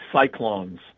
Cyclones